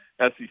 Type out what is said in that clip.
SEC